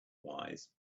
wise